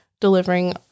delivering